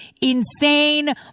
Insane